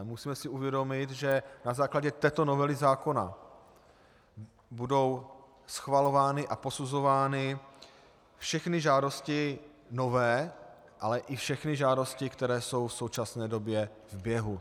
Musíme si uvědomit, že na základě této novely zákona budou schvalovány a posuzovány všechny žádosti nové, ale i všechny žádosti, které jsou v současné době v běhu.